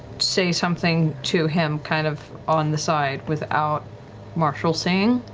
say something to him kind of on the side without marshal seeing?